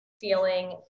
feeling